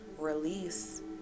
release